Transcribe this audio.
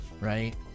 right